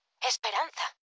esperanza